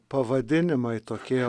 pavadinimai tokie